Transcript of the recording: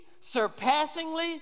surpassingly